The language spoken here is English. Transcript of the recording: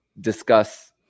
discuss